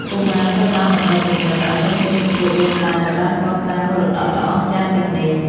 កុមារត្រូវបានបណ្ដុះគំនិតឲ្យដឹងគុណចំពោះដូនតាដែលបានកសាងមរតកដ៏អស្ចារ្យទាំងនេះ។